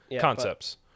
concepts